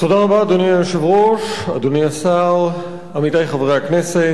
אדוני היושב-ראש, אדוני השר, עמיתי חברי הכנסת,